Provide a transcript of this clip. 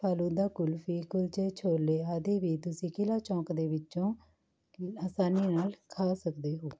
ਫਾਲੂਦਾ ਕੁਲਫੀ ਕੁਲਚੇ ਛੋਲੇ ਆਦਿ ਵੀ ਤੁਸੀਂ ਕਿਲ੍ਹਾ ਚੌਂਕ ਦੇ ਵਿੱਚੋਂ ਆਸਾਨੀ ਨਾਲ ਖਾ ਸਕਦੇ ਹੋ